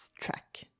track